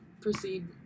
proceed